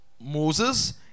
Moses